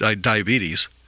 diabetes